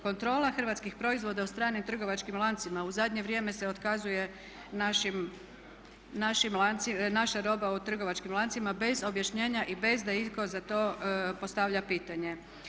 Kontrola hrvatskih proizvoda od strane trgovačkim lancima u zadnje vrijeme se otkazuje naša roba u trgovačkim lancima bez objašnjenja i bez da itko za to postavlja pitanje.